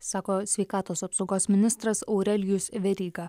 sako sveikatos apsaugos ministras aurelijus veryga